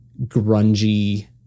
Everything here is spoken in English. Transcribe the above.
grungy